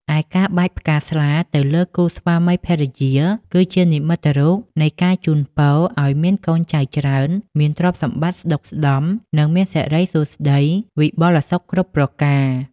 ឯការបាចផ្កាស្លាទៅលើគូស្វាមីភរិយា គឺជានិមិត្តរូបនៃការជូនពរឱ្យមានកូនចៅច្រើន មានទ្រព្យសម្បត្តិស្តុកស្តម្ភ និងមានសិរីសួស្តីវិបុលសុខគ្រប់ប្រការ ។